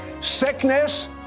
sickness